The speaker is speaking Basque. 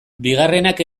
bigarrenak